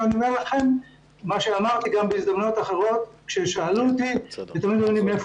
אני אומר לכם מה שאמרתי גם בהזדמנויות אחרות כששאלו אותי מאיפה